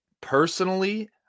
personally